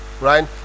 Right